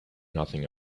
nothing